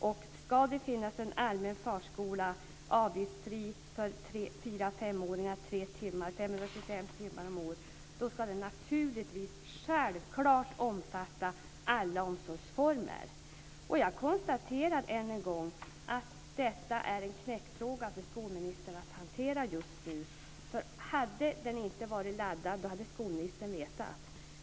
Om det ska finnas en allmän avgiftsfri förskola för 4-5-åringar tre timmar per dag, 525 timmar om året, ska den naturligtvis omfatta alla omsorgsformer. Jag konstaterar ännu en gång att detta är en knäckfråga för skolministern att hantera just nu. Om den inte hade varit laddad hade skolministern vetat.